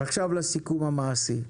ועכשיו לסיכום המעשי,